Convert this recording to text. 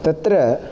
तत्र